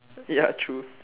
ya true